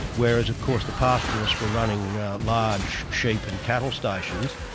whereas of course the pastoralists were running large sheep and cattle stations,